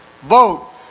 Vote